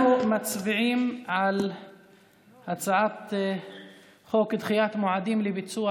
אנחנו מצביעים על הצעת חוק דחיית מועדים לביצוע